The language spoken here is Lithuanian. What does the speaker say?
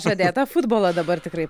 žadėtą futbolą dabar tikrai